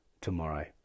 tomorrow